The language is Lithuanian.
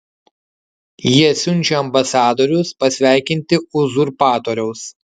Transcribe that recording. jie siunčia ambasadorius pasveikinti uzurpatoriaus